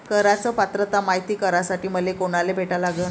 कराच पात्रता मायती करासाठी मले कोनाले भेटा लागन?